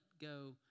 go